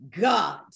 God